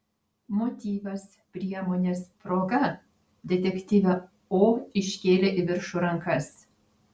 motyvas priemonės proga detektyvė o iškėlė į viršų rankas